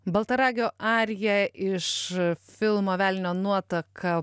baltaragio arija iš filmo velnio nuotaka